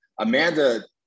Amanda